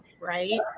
Right